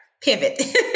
pivot